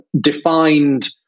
defined